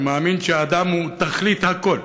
שמאמין שהאדם הוא תכלית הכול,